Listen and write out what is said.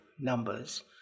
numbers